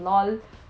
lol